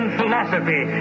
philosophy